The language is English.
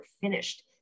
finished